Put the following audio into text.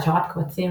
שרת קבצים,